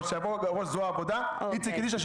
אבל שיבוא ראש זרוע העבודה איציק אלישע,